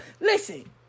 Listen